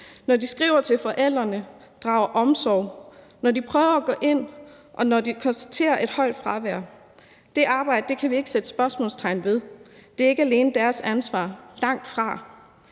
når de skriver til forældrene og drager omsorg, når de prøver at gå ind i sagen, og når de konstaterer et højt fravær. Det arbejde kan vi ikke sætte spørgsmålstegn ved. Det er ikke alene deres ansvar – langtfra.